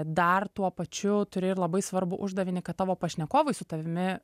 dar tuo pačiu turi ir labai svarbų uždavinį kad tavo pašnekovai su tavimi